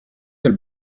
del